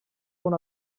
una